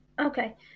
okay